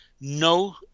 no